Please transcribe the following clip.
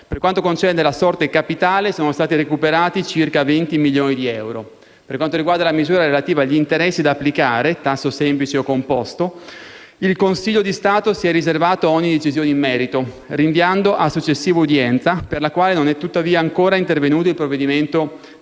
Per quanto concerne la sorte capitale sono stati recuperati circa 20 milioni di euro. Per quanto riguarda la misura relativa agli interessi da applicare (tasso semplice o composto) il Consiglio di Stato si è riservato ogni decisione in merito, rinviando a successiva udienza, per la quale non è tuttavia ancora intervenuto il provvedimento di fissazione.